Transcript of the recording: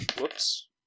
Whoops